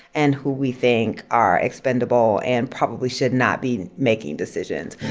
and who we think are expendable and probably should not be making decisions.